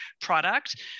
product